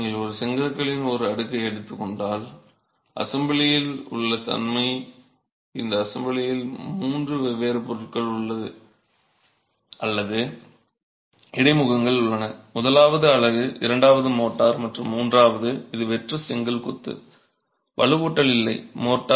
எனவே நீங்கள் ஒரு செங்கற்களின் ஒரு அடுக்கை எடுத்துக்கொண்டால் அசெம்பிளியில் உள்ள தன்மை இந்த அசெம்பிளியில் மூன்று வெவ்வேறு பொருட்கள் அல்லது இடைமுகங்கள் உள்ளன முதலாவது அலகு இரண்டாவது மோர்டார் மற்றும் மூன்றாவது இது வெற்று செங்கல் கொத்து வலுவூட்டல் இல்லை